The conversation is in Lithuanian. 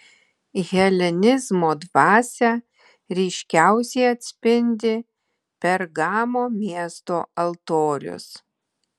helenizmo dvasią ryškiausiai atspindi pergamo miesto altorius